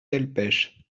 delpech